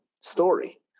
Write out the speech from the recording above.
story